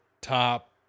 top